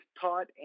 taught